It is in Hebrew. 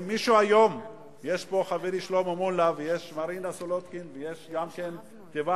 נמצאים פה חברי שלמה מולה ומרינה סולודקין וטיבייב,